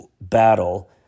battle